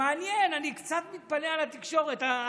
מעניין, אני קצת מתפלא על התקשורת.